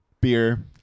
beer